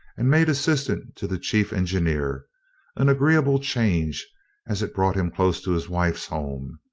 and made assistant to the chief engineer an agreeable change as it brought him close to his wife's home.